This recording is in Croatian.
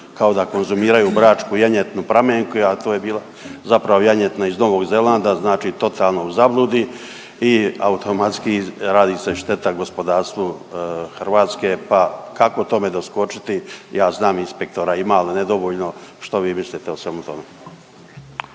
kao da konzumiraju bračku janjetinu pramenku, a to je bila zapravo janjetina iz Novog Zelanda znači totalno u zabludi i automatski radi se šteta gospodarstvu Hrvatske, pa kako tome doskočiti. Ja znam inspektora imal nedovoljno što vi mislite o svemu tome?